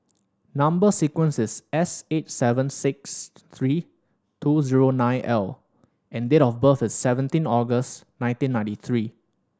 number sequence is S eight seven six three two zero nine L and date of birth is seventeen August nineteen ninety three